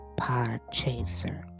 Podchaser